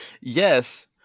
Yes